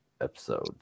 episode